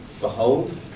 Behold